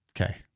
Okay